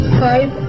five